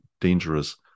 dangerous